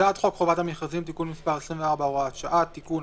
"הצעת חוק חובת המכרזים (תיקון מס' 24 הוראת שעה) (תיקון),